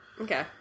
Okay